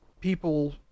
people